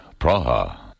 Praha